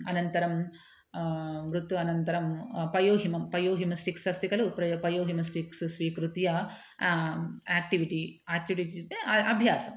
अनन्तरं वृत्तु अनन्तरं पयोहिमं पयोहिमस्टिक्स् अस्ति खलु प्रयो पयोहिमस्टिक्स् स्वीकृत्य आक्टिविटि आचिड् इत्युक्ते अभ्यासं